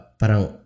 parang